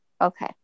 Okay